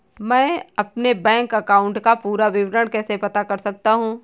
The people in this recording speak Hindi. मैं अपने बैंक अकाउंट का पूरा विवरण कैसे पता कर सकता हूँ?